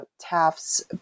Taft's